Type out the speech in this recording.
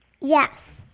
Yes